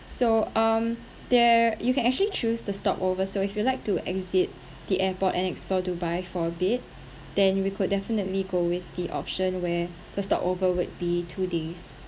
so um there you can actually choose to stop over so if you like to exit the airport and explore dubai for a bit then we could definitely go with the option where the stop over would be two days